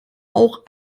auch